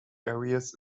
areas